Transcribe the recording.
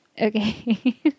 Okay